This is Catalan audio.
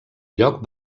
lloc